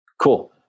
Cool